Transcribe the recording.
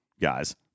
guys